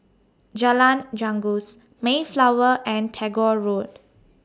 Jalan Janggus Mayflower and Tagore Road